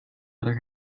other